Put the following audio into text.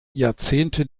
jahrzehnte